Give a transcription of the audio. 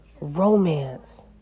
Romance